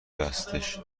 دستش